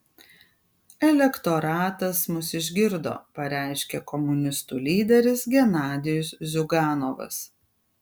elektoratas mus išgirdo pareiškė komunistų lyderis genadijus ziuganovas